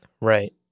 right